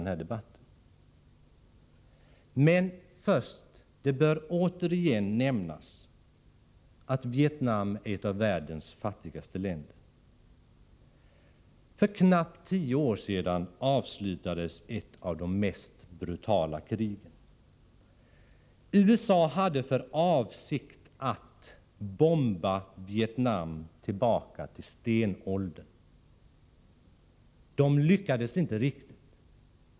Men först vill jag säga: Det bör återigen nämnas att Vietnam är ett av världens fattigaste länder. För knappt tio år sedan avslutades ett av de mest brutala krigen. USA hade för avsikt att bomba Vietnam tillbaka till stenåldersnivå. Detta lyckades inte riktigt.